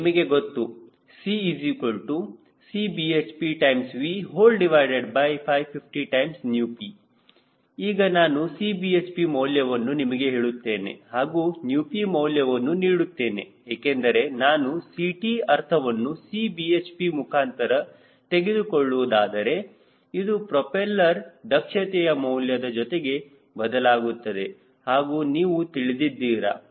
ನಿಮಗೆ ಗೊತ್ತು CCbnpV550p ಈಗ ನಾನು Cbhp ಮೌಲ್ಯವನ್ನು ನಿಮಗೆ ಹೇಳುತ್ತೇನೆ ಹಾಗೂ ηp ಮೌಲ್ಯವನ್ನು ನೀಡುತ್ತೇನೆ ಏಕೆಂದರೆ ನಾನು Ct ಅರ್ಥವನ್ನು Cbhp ಮುಖಾಂತರ ತೆಗೆದುಕೊಳ್ಳುವುದಾದರೆ ಇದು ಪ್ರೋಪೆಲ್ಲರ್ ದಕ್ಷತೆಯ ಮೌಲ್ಯದ ಜೊತೆಗೆ ಬದಲಾಗುತ್ತದೆ ಎಂದು ನೀವು ತಿಳಿದಿದ್ದೀರಾ